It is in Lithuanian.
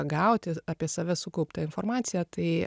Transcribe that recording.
gauti apie save sukauptą informaciją tai